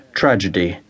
tragedy